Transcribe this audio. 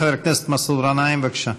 חבר הכנסת מסעוד גנאים, בבקשה.